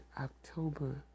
October